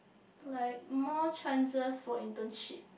like more chances for internship